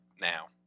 now